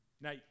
Now